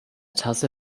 tasse